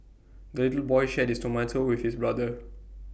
the little boy shared his tomato with his brother